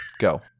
Go